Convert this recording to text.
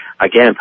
again